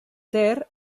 ter